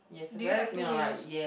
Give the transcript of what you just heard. do you have two wheels